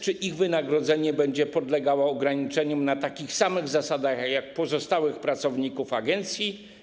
Czy ich wynagrodzenie będzie podlegało ograniczeniom na takich samych zasadach jak wynagrodzenie pozostałych pracowników agencji?